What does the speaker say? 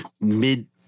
mid